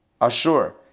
Ashur